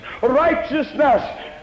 Righteousness